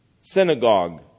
synagogue